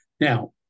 Now